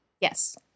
Yes